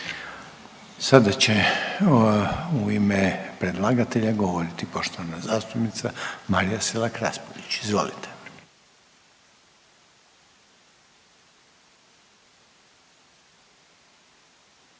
Sada će u ime predlagatelja govoriti poštovana zastupnica Marija Selak Raspudić, izvolite.